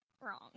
wrong